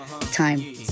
time